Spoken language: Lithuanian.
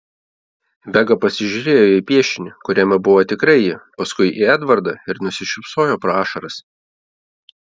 vega pasižiūrėjo į piešinį kuriame buvo tikrai ji paskui į edvardą ir nusišypsojo pro ašaras